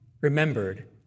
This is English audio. remembered